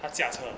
他驾车